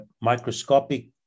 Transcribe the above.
microscopic